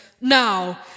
Now